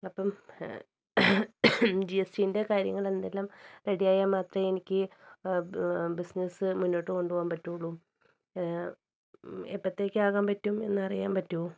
അപ്പം ജിഎസ്റ്റീൻ്റെ കാര്യങ്ങൾ എന്തെല്ലാം റെഡിയായാൽ മാത്രമേ എനിക്ക് ബിസിനസ്സ് മുന്നോട്ട് കൊണ്ടുപോവാൻ പറ്റുള്ളൂ എപ്പോഴത്തേക്ക് ആക്കാൻ പറ്റും എന്ന് അറിയാൻ പറ്റുമോ